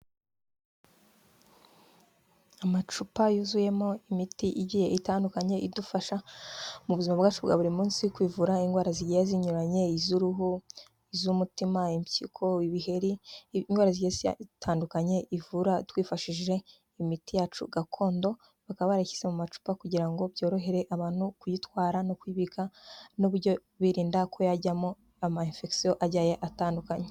Amacupa yuzuyemo imiti igiye itandukanye, idufasha mu buzima bwacu bwa buri munsi kwivura indwara zigiye zinyuranye, iz'uruhu, iz'umutima, impyiko, ibiheri, indwara zigiye zitandukanye ivura twifashishije imiti yacu gakondo, bakaba barayishyize mu macupa kugira ngo byorohere abantu kuyitwara no kuyibika n'uburyo birinda ko yajyamo ama emfekisiyo agiye atandukanye.